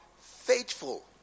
faithful